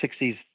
60s